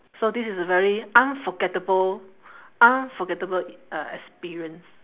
so this is a very unforgettable unforgettable uh experience